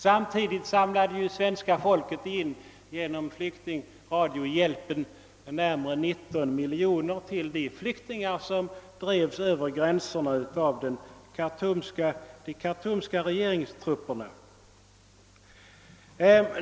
Samtidigt samlade svenska folket in närmare 19 miljoner kronor genom radiohjälpen »Flykting 67« till de flyktingar som drevs över gränserna av de khartumska regeringstrupperna.